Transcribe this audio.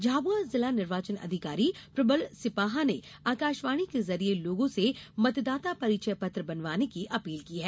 झाबुआ जिला निर्वाचन अधिकारी प्रबल सिपाहा ने आकाशवाणी के जरिए लोगों से मतदाता परिचय पत्र बनवाने की अपील की है